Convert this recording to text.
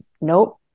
Nope